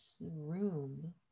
room